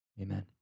Amen